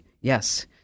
Yes